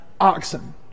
oxen